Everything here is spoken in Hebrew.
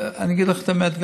אני אגיד לך את האמת,